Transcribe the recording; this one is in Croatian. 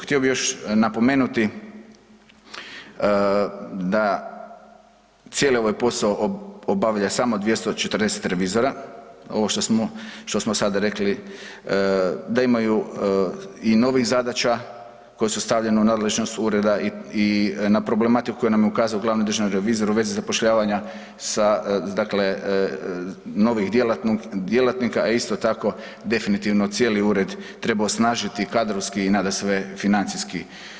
Htio bih još napomenuti da cijeli ovaj posao obavlja samo 240 revizora, ovo što smo sada rekli, da imaju i novih zadaća koje su stavljene u nadležnost ureda i na problematiku nam je ukazao glavni državni revizor u vezi zapošljavanja novih djelatnika, a isto tako definitivno treba osnažiti kadrovski i nadasve financijski.